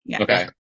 Okay